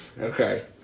Okay